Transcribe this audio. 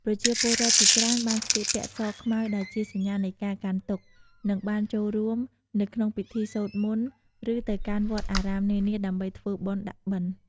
ប្រជាពលរដ្ឋជាច្រើនបានស្លៀកពាក់ស-ខ្មៅ ដែលជាសញ្ញានៃការកាន់ទុក្ខ និងបានចូលរួមនៅក្នុងពិធីសូត្រមន្ត ឬទៅកាន់វត្តអារាមនានាដើម្បីធ្វើបុណ្យដាក់បិណ្ឌ។